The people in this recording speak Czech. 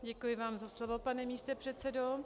Děkuji vám za slovo, pane místopředsedo.